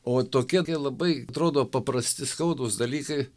o tokie kai labai atrodo paprasti skaudūs dalykai